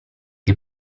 che